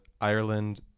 ireland